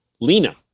Lena